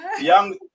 Young